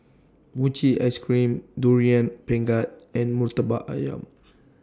Mochi Ice Cream Durian Pengat and Murtabak Ayam